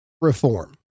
reform